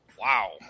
Wow